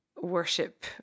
worship